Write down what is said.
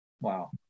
Wow